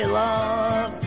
love